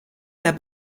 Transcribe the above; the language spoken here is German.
der